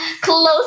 close